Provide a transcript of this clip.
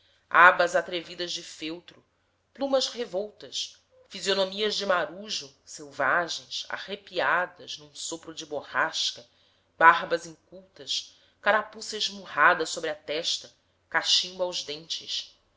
abas atrevidas de feltro plumas revoltas fisionomias de marujo selvagens arrepiadas num sopro de borrasca barbas incultas carapaça esmurrada sobre a testa cachimbo aos dentes